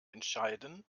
entscheiden